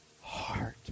heart